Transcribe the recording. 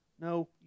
No